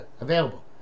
available